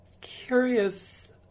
curious